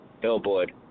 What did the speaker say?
billboard